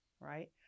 Right